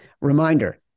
Reminder